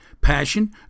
passion